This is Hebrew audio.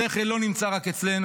השכל לא נמצא רק אצלנו,